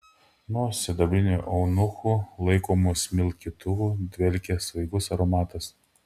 nuo sidabrinių eunuchų laikomų smilkytuvų dvelkė svaigus aromatas